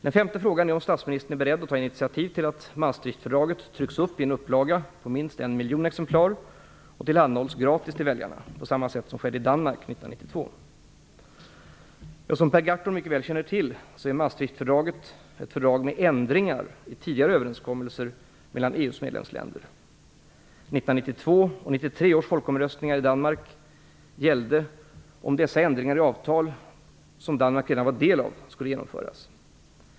Den femte frågan är om statsministern är beredd att ta initiativ till att Maastrichtfördraget trycks i en upplaga på minst en miljon exemplar och tillhandahålls gratis till väljarna, på samma sätt som skedde i Danmark 1992. Som Per Gahrton mycket väl känner till är Danmark redan var del av skulle genomföras.